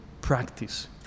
practice